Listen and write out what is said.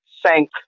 sank